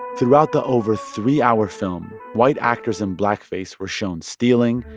throughout the over-three-hour film, white actors in blackface were shown stealing,